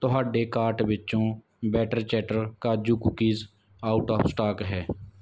ਤੁਹਾਡੇ ਕਾਰਟ ਵਿੱਚੋ Batter Chatter kaju cookies out of stock ਹੈ